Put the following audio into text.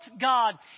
God